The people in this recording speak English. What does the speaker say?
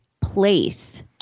place